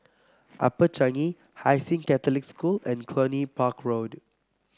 Upper Changi Hai Sing Catholic School and Cluny Park Road